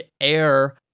Air